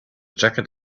jacket